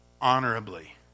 honorably